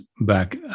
back